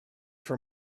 for